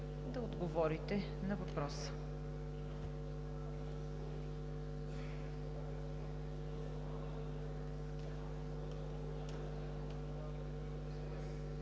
да отговорите на въпроса.